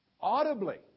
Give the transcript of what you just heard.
audibly